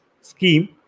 scheme